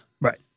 Right